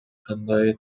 кандай